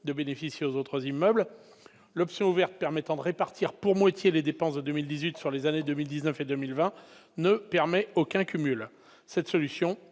cas bénéficier aux autres immeubles. D'autre part, l'option offerte, permettant de répartir, pour moitié, les dépenses de 2018 sur les années 2019 et 2020, ne permet aucun cumul. Cette solution